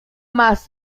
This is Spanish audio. más